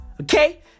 Okay